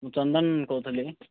ମୁଁ ଚନ୍ଦନ କହୁଥିଲି